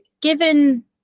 given